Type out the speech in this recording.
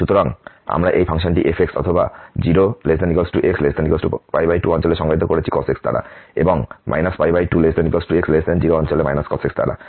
সুতরাং আমরা এই ফাংশনটি f অথবা 0≤x≤2 অঞ্চলে সংজ্ঞায়িত করেছি cos x দ্বারা এবং 2≤x0 অঞ্চলে cos x দ্বারা